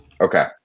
Okay